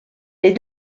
les